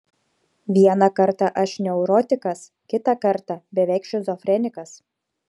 vieną kartą aš neurotikas kitą kartą beveik šizofrenikas